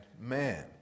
man